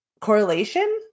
correlation